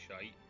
shite